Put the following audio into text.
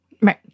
Right